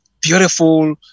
beautiful